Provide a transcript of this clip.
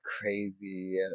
crazy